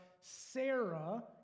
Sarah